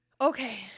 Okay